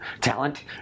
talent